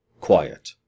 quiet